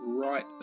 right